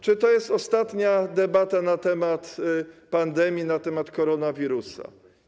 Czy to jest ostatnia debata na temat pandemii, na temat koronawirusa?